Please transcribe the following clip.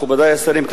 ממשיכים בסדר-היום.